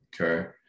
okay